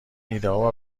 ایدهها